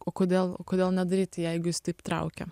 o kodėl kodėl nedaryti jeigu jis taip traukia